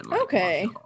okay